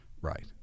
Right